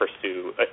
pursue